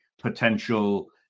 potential